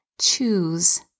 choose